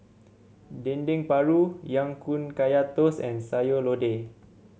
Dendeng Paru Ya Kun Kaya Toast and Sayur Lodeh